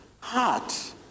Heart